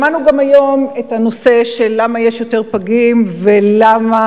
שמענו גם היום למה יש יותר פגים ולמה